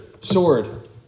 sword